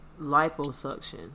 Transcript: liposuction